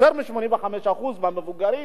יותר מ-85% מהמבוגרים